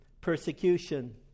persecution